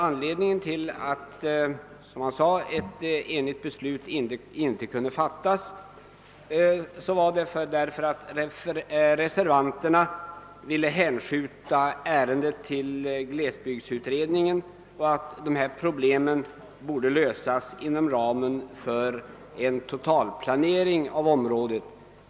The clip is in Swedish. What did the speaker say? Anledningen till att, såsom herr Johansson sade, ett enigt beslut inte kunde fattas var att reservanterna ville hänskjuta ärendet till glesbygdsutredningen och att hithörande problem borde lösas inom ramen för en totalplanering för området.